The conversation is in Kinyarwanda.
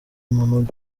mama